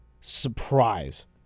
surprise